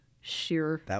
sheer